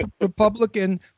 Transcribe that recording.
Republican